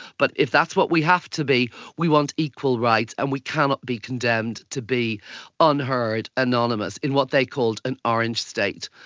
but if that's what we have to be we want equal rights and we cannot be condemned to be unheard, anonymous, in what they called an orange state.